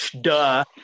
Duh